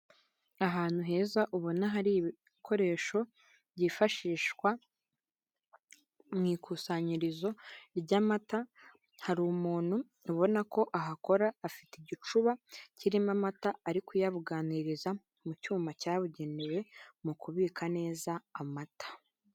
Ahantu heza ubona hari ibikoresho byifashishwa mu ikusanyirizo ry'amata, hari umuntu ubona ko ahakora afite igicuba kirimo amata ari kuyabuganiriza mu cyuma cyabugenewe mu kubika neza amata.